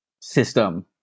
system